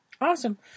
awesome